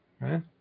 right